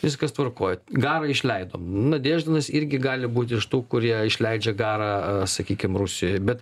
viskas tvarkoj garą išleidom nadieždinas irgi gali būt iš tų kurie išleidžia garą sakykim rusijoj bet